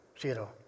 zero